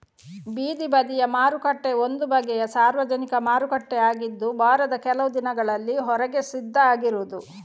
ಬೀದಿ ಬದಿಯ ಮಾರುಕಟ್ಟೆ ಒಂದು ಬಗೆಯ ಸಾರ್ವಜನಿಕ ಮಾರುಕಟ್ಟೆ ಆಗಿದ್ದು ವಾರದ ಕೆಲವು ದಿನಗಳಲ್ಲಿ ಹೊರಗೆ ಸಿದ್ಧ ಆಗಿರುದು